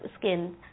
skin